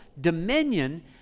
dominion